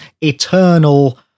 eternal